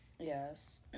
Yes